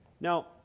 Now